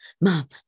mom